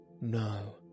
no